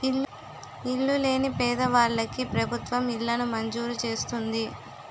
ఇల్లు లేని పేదవాళ్ళకి ప్రభుత్వం ఇళ్లను మంజూరు చేస్తుంది